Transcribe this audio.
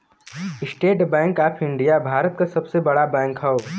estate bank of India Bharat क सबसे बड़ा बैंक हौ